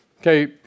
Okay